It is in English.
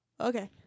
Okay